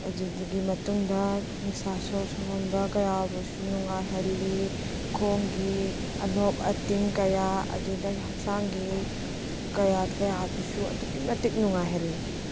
ꯑꯗꯨꯗꯨꯒꯤ ꯃꯇꯨꯡꯗ ꯅꯨꯡꯁꯥ ꯁ꯭ꯋꯣꯔ ꯍꯣꯟꯕ ꯀꯌꯥ ꯌꯥꯎꯔꯕꯁꯨ ꯅꯨꯡꯉꯥꯏꯍꯜꯂꯤ ꯈꯣꯡꯒꯤ ꯑꯅꯣꯞ ꯑꯇꯤꯡ ꯀꯌꯥ ꯑꯗꯨꯗꯒꯤ ꯍꯛꯆꯥꯡꯒꯤ ꯀꯌꯥꯠ ꯀꯌꯥꯕꯨꯁꯨ ꯑꯗꯨꯛꯀꯤ ꯃꯇꯤꯛ ꯅꯨꯡꯉꯥꯏꯍꯜꯂꯤ